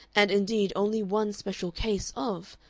and indeed only one special case of,